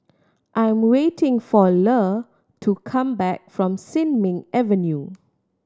I am waiting for Le to come back from Sin Ming Avenue